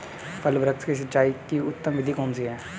फल वृक्ष की सिंचाई की उत्तम विधि कौन सी है?